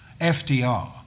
FDR